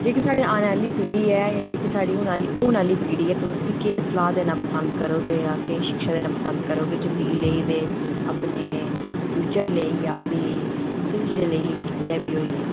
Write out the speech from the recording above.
जेह्की साढ़ी आने आह्ली पीढ़ी ऐ एह् जेह्की साढ़ी हून आह्ली पीढ़ी ऐ तुस उसी केह् सलाह् देना पसंद करोगे जां केह् शिक्षा देना पसंद करोगे ज़िंदगी लेई ते अपने फ्यूचर लेई जां भी किस दे लेई जां कदेहा बी होई जा